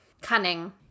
cunning